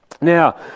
Now